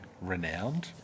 renowned